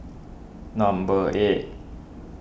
number eight